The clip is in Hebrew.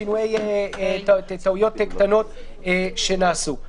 ושינויי טעויות קטנות שנעשו.